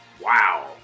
Wow